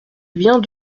vient